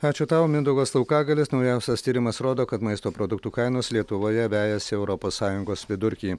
ačiū tau mindaugas laukagalis naujausias tyrimas rodo kad maisto produktų kainos lietuvoje vejasi europos sąjungos vidurkį